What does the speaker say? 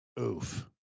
Oof